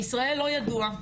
בישראל לא ידוע.